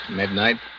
Midnight